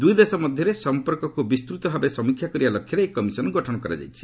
ଦୁଇ ଦେଶ ମଧ୍ୟରେ ସମ୍ପର୍କକୁ ବିସ୍ତୃତ ଭାବେ ସମୀକ୍ଷା କରିବା ଲକ୍ଷ୍ୟରେ ଏହି କମିଶନ୍ ଗଠନ କରାଯାଇଛି